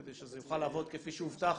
כדי שזה יוכל לעבוד כפי שהובטח